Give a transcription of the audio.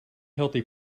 healthy